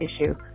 issue